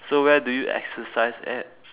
so where do you exercise at